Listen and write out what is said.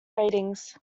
ratings